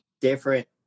different